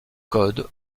code